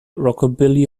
rockabilly